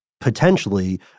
potentially